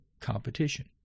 competition